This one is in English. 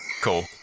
Cool